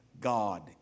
God